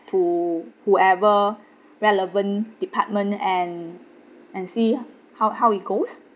to whoever relevant department and and see how how it goes